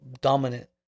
dominant